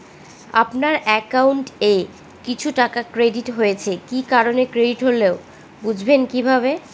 আপনার অ্যাকাউন্ট এ কিছু টাকা ক্রেডিট হয়েছে কি কারণে ক্রেডিট হল বুঝবেন কিভাবে?